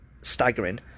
staggering